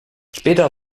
später